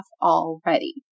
already